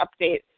update